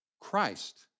Christ